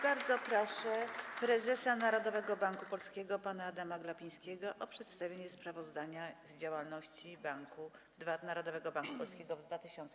Bardzo proszę prezesa Narodowego Banku Polskiego pana Adama Glapińskiego o przedstawienie sprawozdania z działalności Narodowego Banku Polskiego w 2017